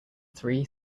three